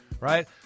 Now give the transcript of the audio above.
right